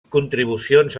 contribucions